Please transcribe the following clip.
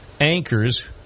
anchors